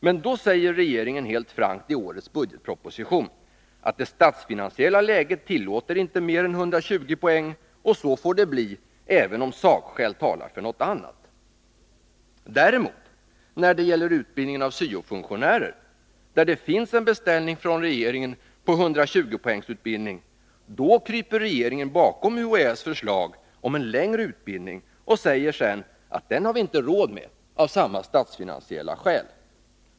Men då säger regeringen helt frankt i årets budgetproposition att det statsfinansiella läget inte tillåter mer än 120 poäng, och så får det bli, även om sakskäl talar för något annat. När det gäller utbildningen av syofunktionärer, där det finns en beställning från regeringen på en 120 poängsutbildning kryper regeringen däremot bakom UHÄ:s förslag om en längre utbildning och säger sedan att vi inte har råd med den av samma statsfinansiella skäl.